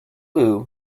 loo